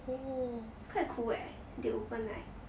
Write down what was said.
it's quite cool eh they open like